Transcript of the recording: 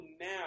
now